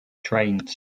trains